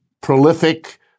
prolific